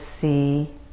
see